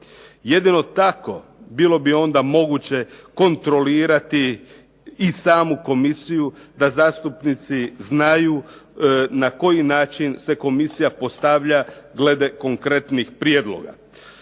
Jedino tako bilo bi onda moguće kontrolirati i samu komisiju da zastupnici znaju na koji način se komisija postavlja glede konkretnih prijedloga.